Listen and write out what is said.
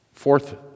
Fourth